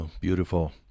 Beautiful